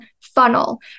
funnel